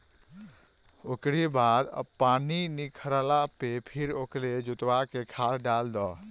ओकरी बाद पानी निखरला पे फिर ओके जोतवा के खाद डाल दअ